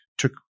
took